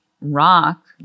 rock